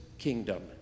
kingdom